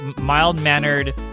mild-mannered